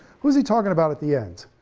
who's he talking about at the end?